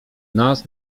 nas